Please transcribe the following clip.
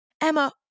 Emma